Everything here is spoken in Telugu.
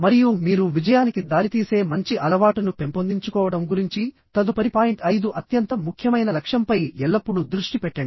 మరియు మీరు విజయానికి దారితీసే మంచి అలవాటును పెంపొందించుకోవడం గురించి తదుపరి పాయింట్ ఐదు అత్యంత ముఖ్యమైన లక్ష్యంపై ఎల్లప్పుడూ దృష్టి పెట్టండి